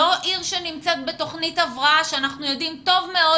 לא עיר שנמצאת בתוכנית הבראה שאנחנו יודעים טוב מאוד